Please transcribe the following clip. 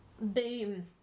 Boom